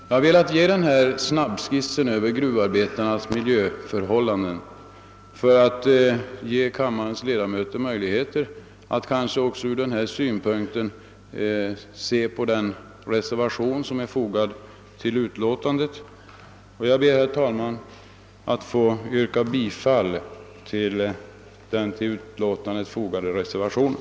Jag har velat göra denna snabbskiss av gruvarbetarnas miljö för att ge kammarens ledamöter möjlighet att också från denna synpunkt bedöma den reservation som är fogad till utlåtandet. Jag ber, herr talman, att få yrka bifall till den vid utlåtandet fogade reservationen.